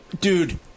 Dude